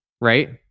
right